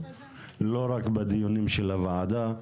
לא רק בדיונים של הוועדה,